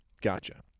gotcha